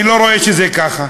אני לא רואה שזה ככה.